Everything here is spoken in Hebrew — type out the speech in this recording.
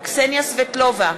קסניה סבטלובה,